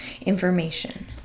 information